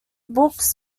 books